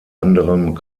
anderem